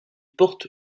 porte